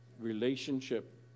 Relationship